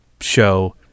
show